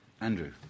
Andrew